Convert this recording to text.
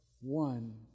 one